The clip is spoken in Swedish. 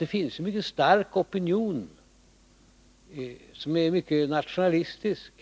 Det finns i England en stark opinion, som är mycket nationalistisk